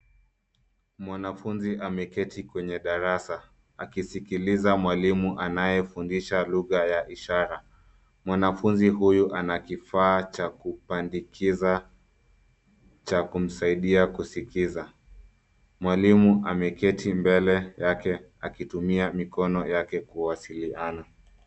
Mwanafunzi ameketi kwenye darasa akisikiliza mwalimu anayefundisha lugha ya ishara ,mwanafunzi huyu ana kifaa cha kupandikiza cha kumsaidia kusikiza ,mwalimu ameketi mbele yake akitumia mikono yake kuwasiliana.